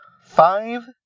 Five